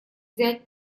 взять